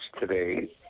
today